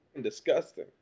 disgusting